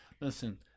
Listen